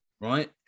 Right